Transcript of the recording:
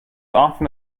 often